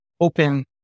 open